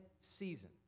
season